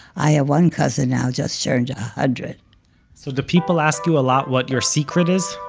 i have one cousin now just turned a hundred so do people ask you a lot what your secret is?